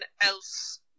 else